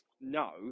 no